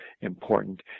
important